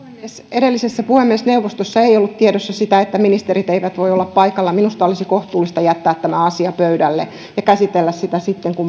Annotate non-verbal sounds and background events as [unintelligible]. edellisessä puhemiesneuvostossa ei ollut tiedossa sitä että ministerit eivät voi olla paikalla minusta olisi kohtuullista jättää tämä asia pöydälle ja käsitellä sitä sitten kun [unintelligible]